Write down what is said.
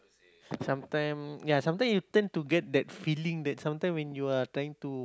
some time ya some time you turn to get that feeling that some time when you are trying to